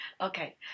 Okay